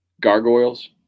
Gargoyles